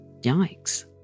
Yikes